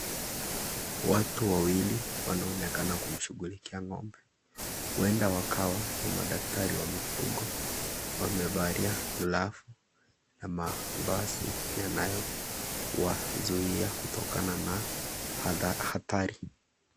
Watu wawili wanaonekana kumshughulikia ng'ombe, huenda wakawa ni madaktari wa mifugo. Wamevalia glavu, na mavazi yanayowazuia kutokana na hatari.